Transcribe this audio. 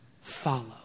follow